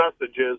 messages